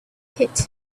pit